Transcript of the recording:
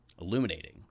illuminating